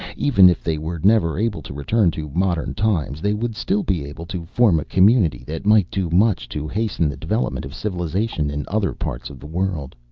even if they were never able to return to modern times they would still be able to form a community that might do much to hasten the development of civilization in other parts of the world.